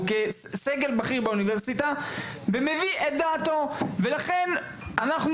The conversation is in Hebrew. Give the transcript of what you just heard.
או כסגל בכיר באוניברסיטה ומביא את דעתו ולכן אנחנו